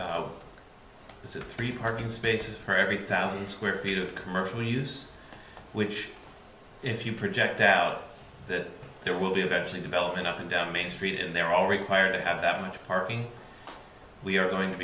this is three parking spaces for every thousand square feet of commercial use which if you project out that there will be eventually developed up and down main street and they're all required to have that much parking we are going to